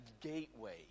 gateway